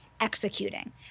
executing